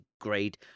grade